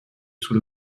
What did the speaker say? sous